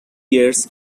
years